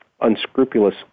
unscrupulous